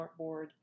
smartboard